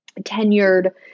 tenured